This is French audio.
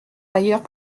ailleurs